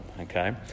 okay